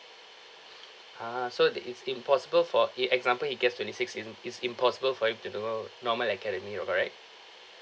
ah so that is impossible for a example he gets twenty six isn't it's impossible for him to go normal academy or correct